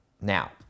Now